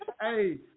hey